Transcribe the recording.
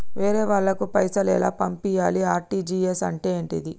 వేరే వాళ్ళకు పైసలు ఎలా పంపియ్యాలి? ఆర్.టి.జి.ఎస్ అంటే ఏంటిది?